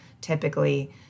typically